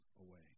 away